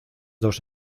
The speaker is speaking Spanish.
dos